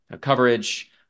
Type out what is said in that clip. coverage